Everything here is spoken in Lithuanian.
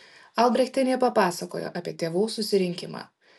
albrechtienė papasakojo apie tėvų susirinkimą